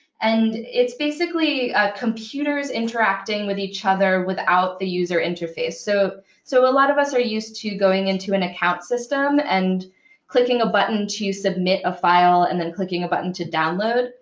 and it's basically computers interacting with each other without the user interface. so so a lot of us are used to going into an account system and clicking a button to submit a file, and then clicking a button to download.